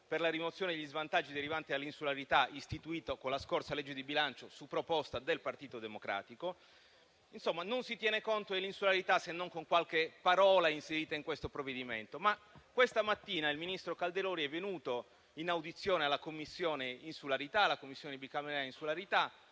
per la rimozione degli svantaggi derivanti dall'insularità, istituito con la scorsa legge di bilancio su proposta del Partito Democratico. Insomma, non si tiene conto dell'insularità, se non con qualche parola inserita in questo provvedimento, ma questa mattina il ministro Calderoli è venuto in audizione presso la Commissione parlamentare